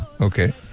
Okay